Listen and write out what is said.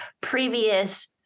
previous